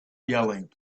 yelling